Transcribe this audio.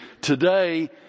today